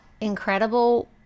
incredible